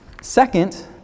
Second